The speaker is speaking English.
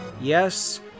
yes